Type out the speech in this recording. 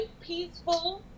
peaceful